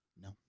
No